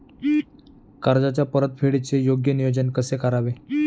कर्जाच्या परतफेडीचे योग्य नियोजन कसे करावे?